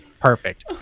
perfect